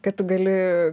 kad tu gali kai